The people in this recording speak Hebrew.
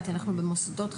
אנחנו במוסדות חינוך.